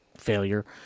failure